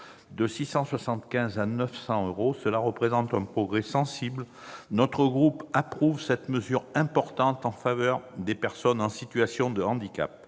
euros à 900 euros. Cela représente un progrès sensible. Notre groupe approuve cette mesure importante en faveur des personnes en situation de handicap.